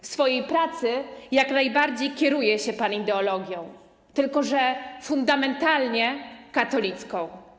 W swojej pracy jak najbardziej kieruje się pan ideologią, tylko że fundamentalnie katolicką.